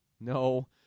No